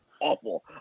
awful